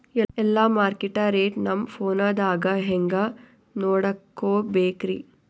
ಎಲ್ಲಾ market rate ನಮ್ ಫೋನದಾಗ ಹೆಂಗ ನೋಡಕೋಬೇಕ್ರಿ?